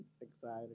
Excited